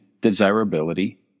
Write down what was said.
desirability